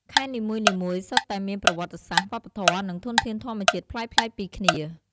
ខេត្តនីមួយៗសុទ្ធតែមានប្រវត្តិសាស្រ្ត វប្បធម៌ និងធនធានធម្មជាតិប្លែកៗពីគ្នា។